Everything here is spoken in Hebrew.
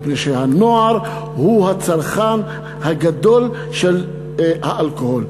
מפני שהנוער הוא הצרכן הגדול של האלכוהול.